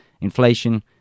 inflation